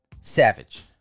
Savage